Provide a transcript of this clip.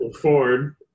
Ford